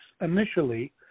initially